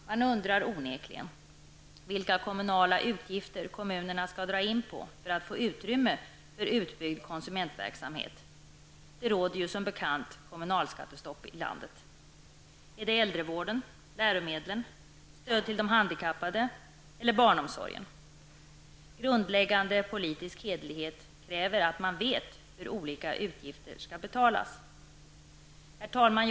Man undrar onekligen vilka kommunala utgifter som kommunerna skall dra in på för att få utrymme för utbyggd konsumentverksamhet. Det råder som bekant kommunalskattestopp i landet. Är det äldrevården, läromedlen, stödet till handikappade eller barnomsorgen som drabbas? Grundläggande politisk hederlighet kräver att man får veta hur olika utgifter skall betalas. Herr talman!